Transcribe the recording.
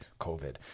COVID